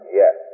yes